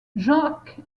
jack